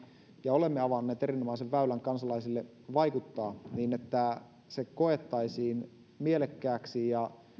ja olemme avanneet erinomaisen väylän kansalaisille vaikuttaa niin on tärkeää että se koettaisiin mielekkääksi ja